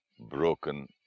broken